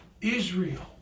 Israel